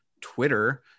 Twitter